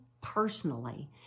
personally